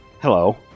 Hello